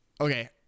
Okay